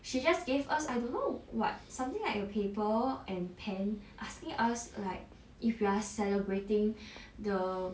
she just gave us I don't know what something like a paper and pen asking us like if you are celebrating the